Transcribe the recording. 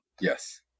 Yes